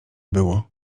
było